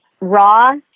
raw